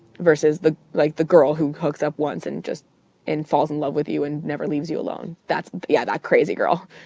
versus the, like, the girl who hooks up once and just and falls in love with you and never leaves you alone. that's yeah, that crazy girl.